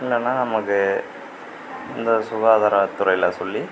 இல்லைன்னா நமக்கு இந்த சுகாதாரத்துறையில் சொல்லி